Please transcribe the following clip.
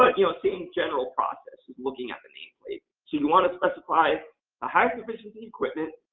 like you know same general process is looking at the name plate you want to specify high-efficiency equipment.